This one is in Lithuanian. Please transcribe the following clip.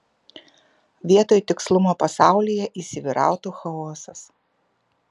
vietoj tikslumo pasaulyje įsivyrautų chaosas